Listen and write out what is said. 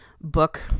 book